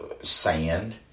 sand